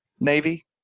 navy